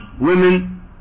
women